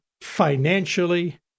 financially